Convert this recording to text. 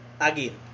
again